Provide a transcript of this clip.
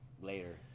later